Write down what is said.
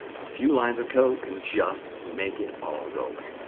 a few lines of code can just make it all go away.